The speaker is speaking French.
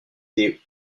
des